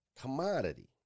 commodity